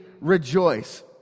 rejoice